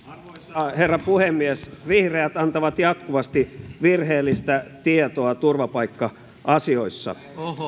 arvoisa herra puhemies vihreät antavat jatkuvasti virheellistä tietoa turvapaikka asioissa